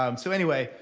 um so anyway,